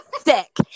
sick